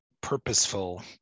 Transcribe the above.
purposeful